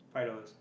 five dollars